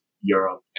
Europe